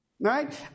Right